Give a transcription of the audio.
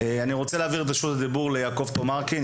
אני רוצה להעביר את רשות הדיבור ליעקב טומרקין.